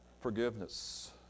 Forgiveness